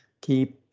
keep